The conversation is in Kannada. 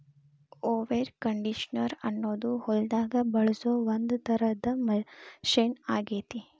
ಮೊವೆರ್ ಕಂಡೇಷನರ್ ಅನ್ನೋದು ಹೊಲದಾಗ ಬಳಸೋ ಒಂದ್ ತರದ ಮಷೇನ್ ಆಗೇತಿ